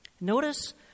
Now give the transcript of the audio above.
Notice